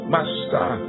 Master